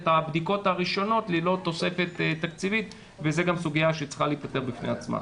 הבדיקות הראשונות ללא תוספת תקציבית וזו גם סוגיה שצריכה להיפתר בפני עצמה.